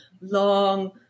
long